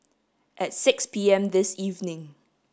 at six P M this evening